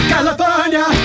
California